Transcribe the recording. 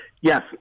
yes